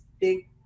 big